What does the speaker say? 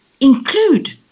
include